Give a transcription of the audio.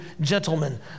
gentlemen